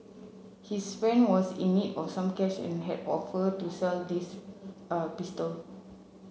his friend was in need of some cash and had offered to sell this a pistol